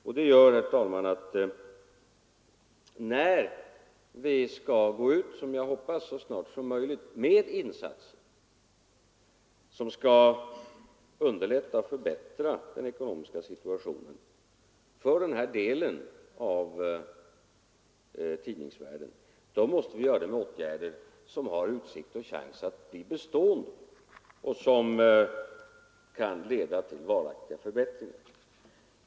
Detta gör, herr talman, att när vi skall gå ut, som jag hoppas, så snart som möjligt med insatser som skall förbättra den ekonomiska situationen för den här delen av tidningsvärlden, så måste vi göra det med åtgärder som har utsikt att bli bestående och som kan leda till varaktiga förbättringar.